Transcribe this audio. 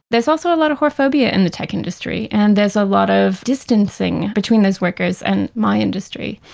there's also a lot of whorephobia in the tech industry and there's a lot of distancing between those workers and my industry.